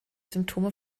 symptome